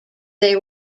they